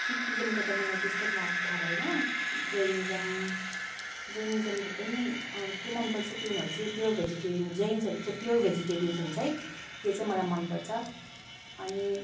शिखिज्मको त मलाई त्यस्तो थाहा भएन जैनिज्म जैनिज्मको पनि अँ त्यो मनपर्छ कि उनीहरू चाहिँ प्योर भोजिटेरियन जैन्सहरू चाहिँ प्योर भेजिटेरियन हुन्छ है त्यो चाहिँ मलाई मनपर्छ अनि